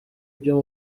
byo